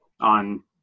on